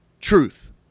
truth